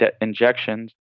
injections